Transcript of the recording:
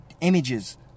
Images